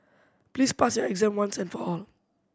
please pass your exam once and for all